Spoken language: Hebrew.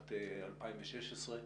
בשנת 2016,